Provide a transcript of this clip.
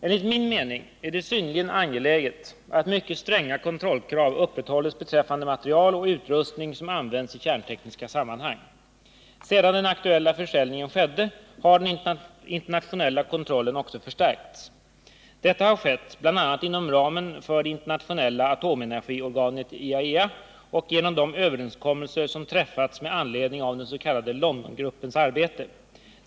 Enligt min mening är det synnerligen angeläget att mycket stränga kontrollkrav upprätthålls beträffande material och utrustning som används i kärntekniska sammanhang. Sedan den aktuella försäljningen skedde har den internationella kontrollen också förstärkts. Detta har skett bl.a. inom ramen för det internationella atomenergiorganet IAEA och genom de överenskommelser som träffats med anledning av den s.k. Londongruppens arbete.